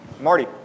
Marty